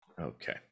Okay